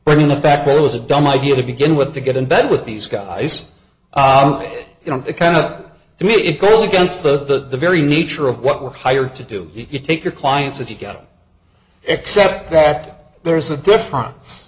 bring in the fact that it was a dumb idea to begin with to get in bed with these guys you know kind of to me it goes against the very nature of what we're hired to do you take your clients as you go except that there's a difference